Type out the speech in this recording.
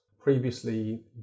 Previously